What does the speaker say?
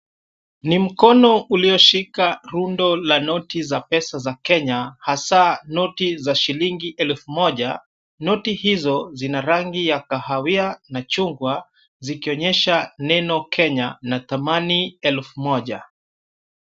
Ni mkono ulioshika rundo la noti za pesa za Kenya, hasa noti za shilingi elfu moja. Noti hizo zina rangi ya kahawia na chungwa zikionyesha neno Kenya na dhamani elfu moja.